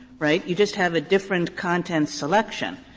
right? you just have a different content selection,